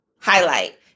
highlight